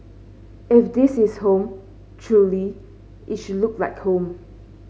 if this is home truly it should look like home